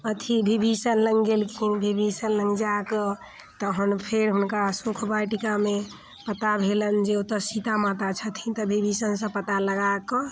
अथी विभीषण लग गेलखिन विभीषण लग जाकऽ तहन फेर हुनका अशोक वाटिकामे पता भेलनि जे ओतऽ सीता माता छथिन तऽ विभीषणसँ पता लगा कऽ